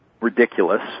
ridiculous